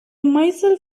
myself